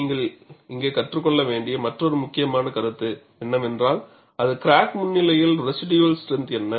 நீங்கள் இங்கே கற்றுக்கொள்ள வேண்டிய மற்றொரு முக்கியமான கருத்து என்னவென்றால் ஒரு கிராக் முன்னிலையில் ரெஷிடுயல் ஸ்ட்ரென்த் என்ன